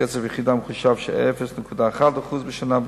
קצב ירידה מחושב של 0.1% בשנה,